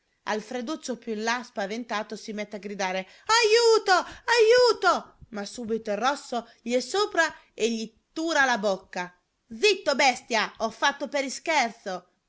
sghignazzando alfreduccio più là spaventato si mette a gridare ajuto ajuto ma subito il rosso gli è sopra e gli tura la bocca zitto bestia ho fatto per ischerzo